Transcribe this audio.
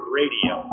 radio